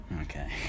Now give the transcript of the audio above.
Okay